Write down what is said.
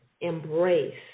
embrace